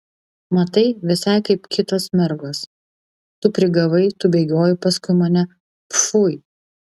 matai visai kaip kitos mergos tu prigavai tu bėgiojai paskui mane pfui